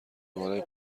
بالای